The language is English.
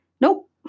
Nope